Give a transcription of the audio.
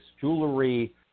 jewelry